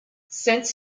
since